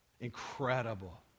incredible